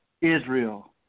Israel